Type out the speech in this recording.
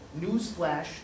newsflash